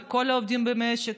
לכל העובדים במשק,